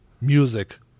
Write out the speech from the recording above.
music